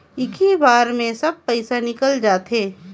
इक्की बार मे सब पइसा निकल जाते?